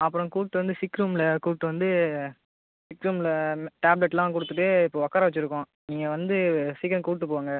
அப்புறம் கூப்பிட்டு வந்து சிக் ரூம்ல கூப்பிட்டு வந்து சிக் ரூம்ல டேப்லெட்லாம் கொடுத்துட்டு இப்போ உட்கார வச்சிருக்கோம் நீங்கள் வந்து சீக்கிரம் கூப்பிட்டுப்போங்க